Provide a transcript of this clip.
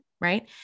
right